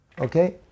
Okay